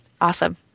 Awesome